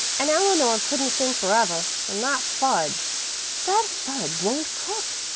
and eleanor couldn't sing forever, and that fudge that fudge won't cook,